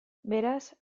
beraz